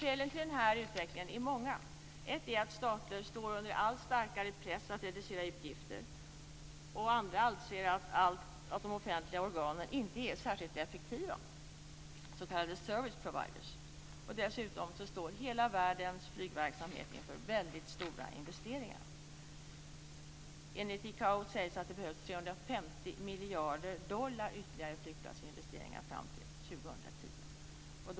Skälen till den här utvecklingen är många. Ett är att stater står under allt starkare press när det gäller att reducera utgifter. Andra anser att de offentliga organen inte är särskilt effektiva s.k. service providers. Dessutom står hela världens flygverksamhet inför stora investeringar. Enligt ICAO behövs ytterligare 350 miljarder dollar i flygplatsinvesteringar fram till år 2010.